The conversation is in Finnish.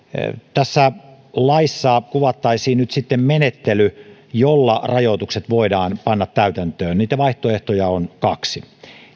tässä laissa kuvattaisiin nyt sitten menettely jolla rajoitukset voidaan panna täytäntöön niitä vaihtoehtoja on kaksi